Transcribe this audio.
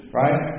right